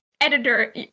Editor